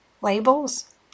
labels